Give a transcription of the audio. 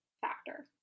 factor